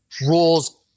rules